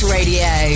Radio